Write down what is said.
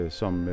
som